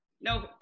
No